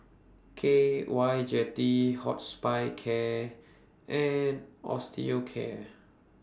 K Y Jetty Hospicare and Osteocare